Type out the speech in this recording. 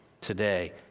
today